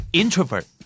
introvert